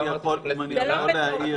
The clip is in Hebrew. זה לא בתוקף.